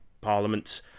parliament